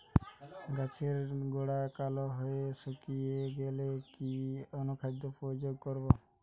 গাছের ডগা কালো হয়ে শুকিয়ে গেলে কি অনুখাদ্য প্রয়োগ করব?